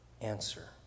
answer